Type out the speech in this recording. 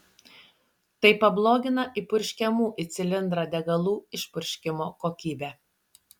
tai pablogina įpurškiamų į cilindrą degalų išpurškimo kokybę